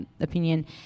opinion